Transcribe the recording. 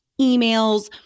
emails